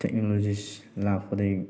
technologies ꯂꯥꯛꯄꯗꯒꯤ